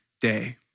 day